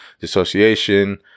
dissociation